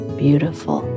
beautiful